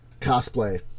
cosplay